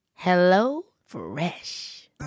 HelloFresh